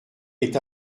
est